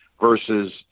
Versus